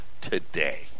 today